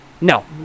No